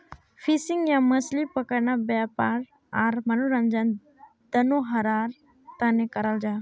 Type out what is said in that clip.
fishing या मछली पकड़ना वयापार आर मनोरंजन दनोहरार तने कराल जाहा